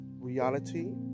reality